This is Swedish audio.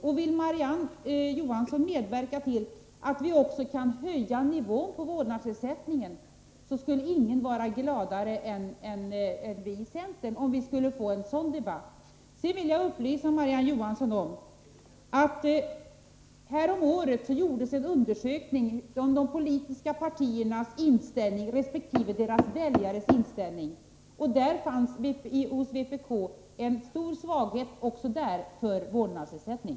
Om Marie-Ann Johansson ville medverka till att vi också kan höja nivån på vårdnadsersättningen, så skulle ingen vara gladare över en sådan debatt än vi i centern. Jag vill också upplysa Marie-Ann Johansson om att det häromåret gjordes en undersökning om de politiska partiernas inställning resp. deras väljares inställning. Den undersökningen visade att det bland vpk:s väljare fanns ett starkt stöd för vårdnadsersättning.